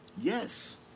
Yes